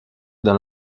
dans